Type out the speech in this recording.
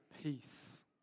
peace